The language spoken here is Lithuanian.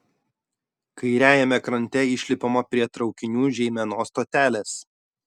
kairiajame krante išlipama prie traukinių žeimenos stotelės